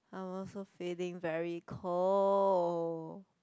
I also feeling very cold